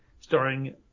starring